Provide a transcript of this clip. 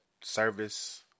service